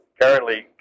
Currently